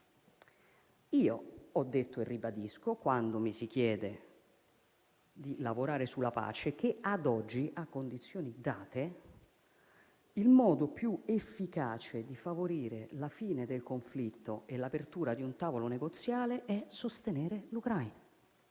Ho detto e ribadisco, quando mi si chiede di lavorare sulla pace, che ad oggi, a condizioni date, il modo più efficace di favorire la fine del conflitto e l'apertura di un tavolo negoziale è sostenere l'Ucraina